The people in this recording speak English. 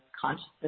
consciousness